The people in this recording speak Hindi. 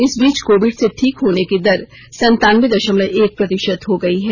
इस बीच कोविड से ठीक होने की दर सनतानबे दशमलव एक प्रतिशत हो गई है